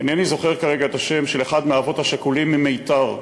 אינני זוכר כרגע את השם של אחד מהאבות השכולים ממיתר,